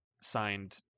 signed